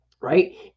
right